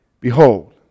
Behold